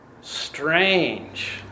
Strange